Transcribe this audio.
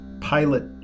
pilot